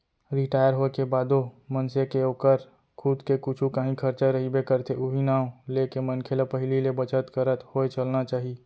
retire होए के बादो मनसे के ओकर खुद के कुछु कांही खरचा रहिबे करथे उहीं नांव लेके मनखे ल पहिली ले बचत करत होय चलना चाही